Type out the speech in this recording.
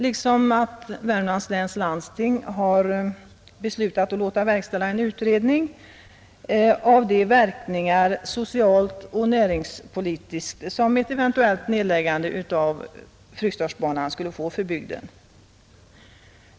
Likaså har Värmlands läns landsting beslutat att låta verkställa en utredning av de verkningar, socialt och näringspolitiskt, som ett eventuellt nedläggande av Fryksdalsbanan skulle få för bygden.